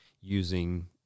using